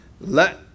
Let